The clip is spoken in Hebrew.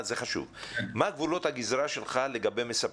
מה גבולות הגזרה שלך לגבי "מספקת",